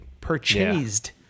purchased